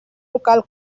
local